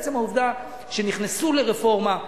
עצם העובדה שנכנסו לרפורמה,